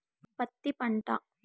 పత్తి పంట